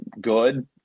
good